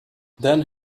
then